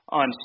on